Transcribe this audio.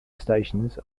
stations